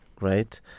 right